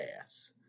Ass